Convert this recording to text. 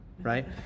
right